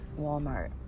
Walmart